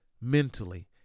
mentally